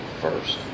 first